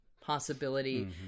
possibility